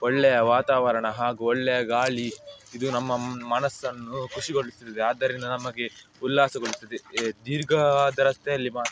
ಒಳ್ಳೆಯ ವಾತಾವರಣ ಹಾಗೂ ಒಳ್ಳೆಯ ಗಾಳಿ ಇದು ನಮ್ಮ ಮನಸ್ಸನ್ನು ಖುಷಿಗೊಳಿಸುತ್ತದೆ ಆದ್ದರಿಂದ ನಮಗೆ ಉಲ್ಲಾಸಗೊಳ್ಳುತ್ತದೆ ಈ ದೀರ್ಘವಾದ ರಸ್ತೆಯಲ್ಲಿ ಮಾತ್ರ